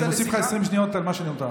אני מוסיף לך 20 שניות על מה שנותר.